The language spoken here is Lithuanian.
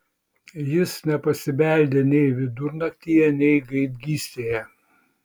jis nepasibeldė nei vidurnaktyje nei gaidgystėje